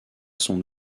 son